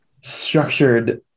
structured